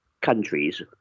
countries